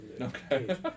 Okay